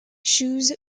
shoes